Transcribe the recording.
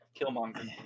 Killmonger